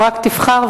רק תבחר,